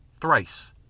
Thrice